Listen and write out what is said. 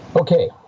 Okay